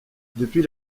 depuis